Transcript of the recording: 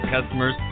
customers